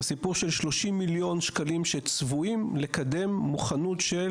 זה סיפור של 30 מיליון שקלים שהם צבועים לקדם מוכנות של